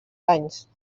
anys